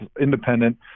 independent